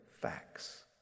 facts